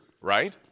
right